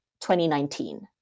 2019